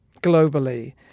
globally